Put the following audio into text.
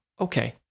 okay